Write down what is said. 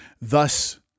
Thus